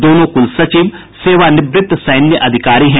दोनों कुलसचिव सेवानिवृत्त सैन्य अधिकारी हैं